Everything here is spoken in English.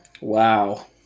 Wow